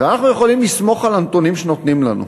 ואנחנו יכולים לסמוך על הנתונים שנותנים לנו,